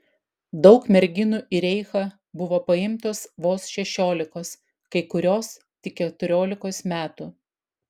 daug merginų į reichą buvo paimtos vos šešiolikos kai kurios tik keturiolikos metų